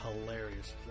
hilarious